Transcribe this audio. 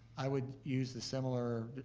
i would use the similar,